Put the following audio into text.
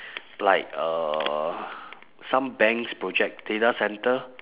like uh some banks project data centre